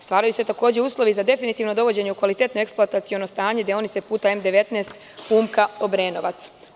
Stvaraju se uslovi za definitivno dovođenje u kvalitetno eksploataciono stanje deonice puta M19 Umka-Obrenovac.